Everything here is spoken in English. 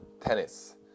tennis